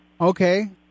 Okay